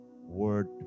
Word